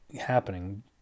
happening